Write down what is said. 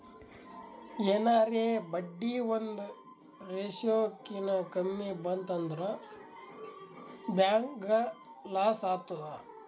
ಎನಾರೇ ಬಡ್ಡಿ ಒಂದ್ ರೇಶಿಯೋ ಕಿನಾ ಕಮ್ಮಿ ಬಂತ್ ಅಂದುರ್ ಬ್ಯಾಂಕ್ಗ ಲಾಸ್ ಆತ್ತುದ್